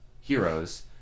heroes